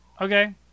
Okay